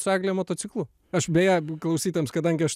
su egle motociklu aš beje ab klausytojams kadangi aš